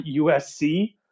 usc